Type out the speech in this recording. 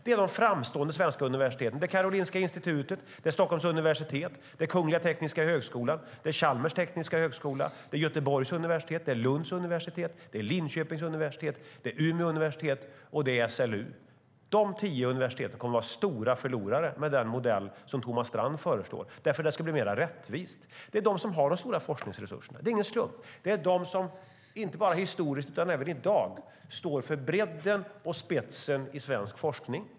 Det är de framstående svenska universiteten: Karolinska Institutet, Stockholms universitet, Kungliga Tekniska högskolan, Chalmers tekniska högskola, Göteborgs universitet, Lunds universitet, Linköpings universitet, Umeå universitet, Uppsala universitet och SLU. Dessa tio universitet är stora förlorare i den modell som Thomas Strand föreslår med motiveringen att den skulle vara mer rättvis. Det är de universiteten som har de stora forskningsresurserna, och det är ingen slump. Det är de som inte bara historiskt utan även i dag står för bredden och spetsen i svensk forskning.